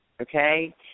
okay